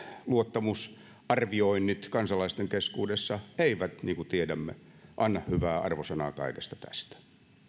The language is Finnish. luottamusarvioinnit kansalaisten keskuudessa eivät niin kuin tiedämme anna hyvää arvosanaa kaikesta tästä